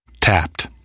Tapped